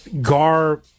Gar